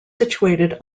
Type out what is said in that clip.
situated